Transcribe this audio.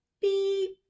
beep